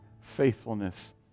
faithfulness